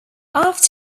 after